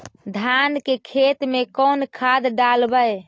धान के खेत में कौन खाद डालबै?